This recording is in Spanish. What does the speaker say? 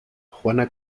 juana